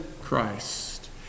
Christ